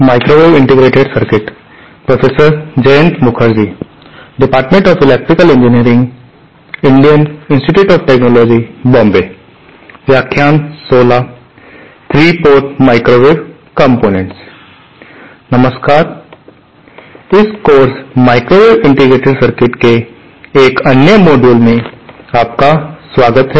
नमस्कार इस course microwave integrated circuits के एक अन्य मॉड्यूल में आपका स्वागत है